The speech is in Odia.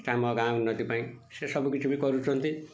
ଆମ ଗାଁ ଉନ୍ନତି ପାଇଁ ସେ ସବୁ କିଛି ବି କରୁଛନ୍ତି